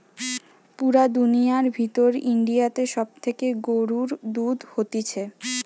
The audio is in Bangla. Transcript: পুরা দুনিয়ার ভিতর ইন্ডিয়াতে সব থেকে গরুর দুধ হতিছে